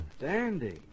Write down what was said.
Dandy